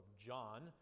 John